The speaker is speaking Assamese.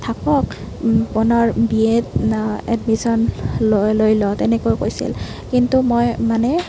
থাকক পুনৰ বি এত এডমিশ্বন ল লৈ ল তেনেকৈ কৈছিল কিন্তু মই মানে